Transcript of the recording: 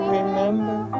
remember